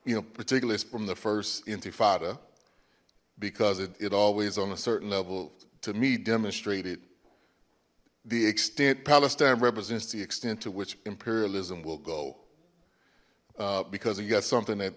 you know particularly from the first intifada because it always on a certain level to me demonstrated the extent palestine represents the extent to which imperialism will go because you got something that